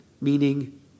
meaning